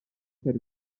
per